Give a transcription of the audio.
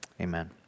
Amen